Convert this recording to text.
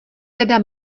teda